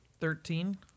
Thirteen